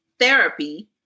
therapy